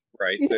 Right